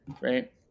right